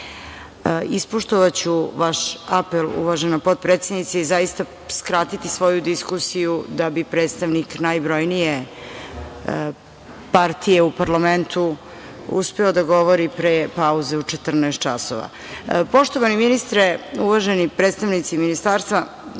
gubitak. Ispoštovaću vaš apel uvažena potpredsednice i zaista skratiti svoju diskusiju da bi predstavnik najbrojnije partije u parlamentu uspeo da govori pre pauze u 14.00 časova. Poštovani ministre, uvaženi predstavnici Ministarstva,